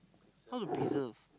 how to preserve